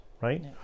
right